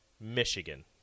Michigan